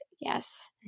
Yes